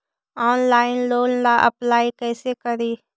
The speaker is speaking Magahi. ऑनलाइन लोन ला अप्लाई कैसे करी?